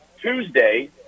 Tuesday